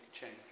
change